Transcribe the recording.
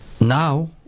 Now